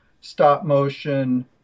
stop-motion